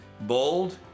bold